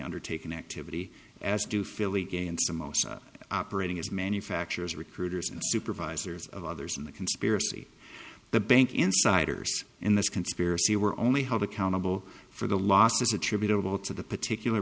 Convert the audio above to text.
undertaken activity as to philly gay and samosa operating as manufacturer's recruiters and supervisors of others in the conspiracy the bank insiders in this conspiracy were only held accountable for the losses attributable to the particular